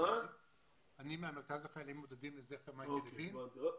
אני מהמרכז לחיילים בודדים לזכר מייקל לוין.